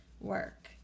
work